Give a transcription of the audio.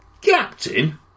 Captain